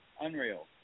unreal